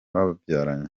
babyaranye